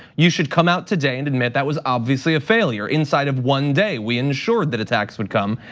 you should come out today and admit that was obviously a failure inside of one day we ensured that attacks would come.